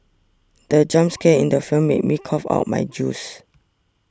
the jump scare in the film made me cough out my juice